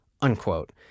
unquote